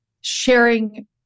sharing